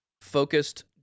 focused